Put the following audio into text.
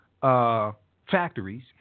factories